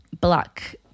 black